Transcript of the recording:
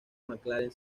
mclaren